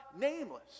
nameless